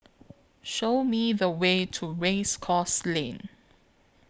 Show Me The Way to Race Course Lane